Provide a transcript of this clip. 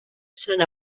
sant